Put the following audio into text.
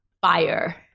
fire